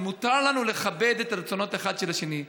ומותר לנו לכבד אחד את הרצונות של השני.